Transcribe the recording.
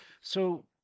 So-